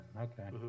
okay